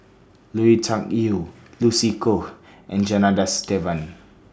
Lui Tuck Yew Lucy Koh and Janadas Devan